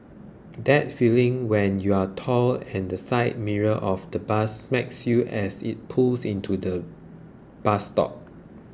that feeling when you're tall and the side mirror of the bus smacks you as it pulls into the bus stop